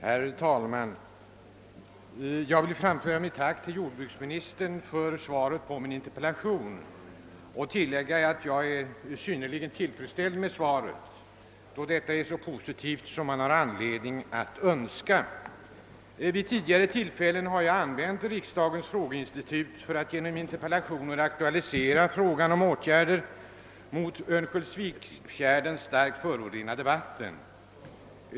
Herr talman! Jag vill framföra ett tack till jordbruksministern för svaret på min interpellation och tillägga att jag är synnerligen tillfredsställd med svaret, som är så positivt man har anledning att önska. Vid tidigare tillfällen har jag använt riksdagens frågeinstitut för att genom interpellationer aktualisera frågan om åtgärder mot Örnsköldsviksfjärdens starkt förorenade vatten.